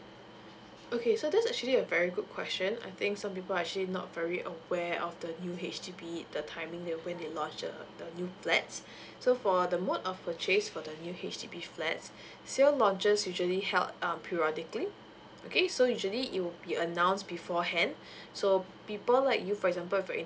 okay so this is actually a very good question I think some people are actually not very aware of the new H_D_B the timing when they launch the the new flat so for the mode of purchase for the new H_D_B flats sales launches usually held um periodically okay so usually it will be announced beforehand so people like you for example if you are